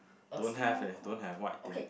don't have leh don't have white thing